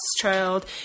child